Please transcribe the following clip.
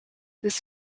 this